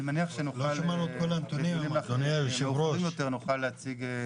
אני מניח שנוכל להציג נתונים מפורטים יותר לאחר